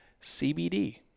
CBD